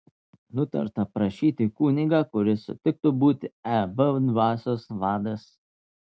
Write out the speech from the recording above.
nutarta prašyti kunigą kuris sutiktų būti eb dvasios vadas